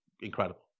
incredible